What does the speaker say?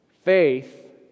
Faith